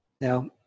now